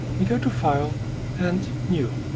we go to file and new.